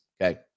okay